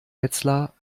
wetzlar